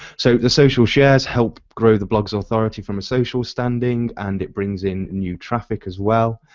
so the social shares help grow the blog's authority from a social standing and it brings in new traffic as well.